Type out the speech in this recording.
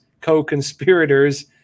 co-conspirators